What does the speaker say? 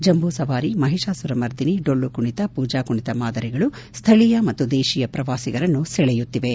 ಜಂಬೂಸವಾರಿ ಮಹಿಷಾಸುರ ಮರ್ದಿನಿ ಡೊಳ್ಳುಕುಣಿತ ಮೂಜಾ ಕುಣಿತ ಮಾದರಿಗಳು ಸ್ಥಳೀಯ ಮತ್ತು ದೇಶಿಯ ಪ್ರವಾಸಿಗರನ್ನು ಸೆಳೆಯುತ್ತಿವೆ